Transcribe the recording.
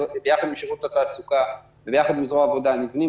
ביחד עם שירות התעסוקה וביחד עם זרוע העבודה נבנים